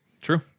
true